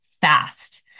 fast